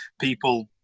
people